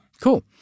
Cool